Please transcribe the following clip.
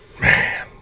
Man